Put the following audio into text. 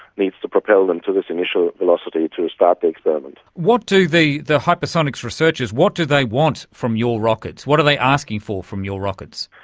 needs to propel them to this initial velocity to start the experiment. what do the the hypersonics researchers, what do they want from your rockets? what are they asking for from your rockets?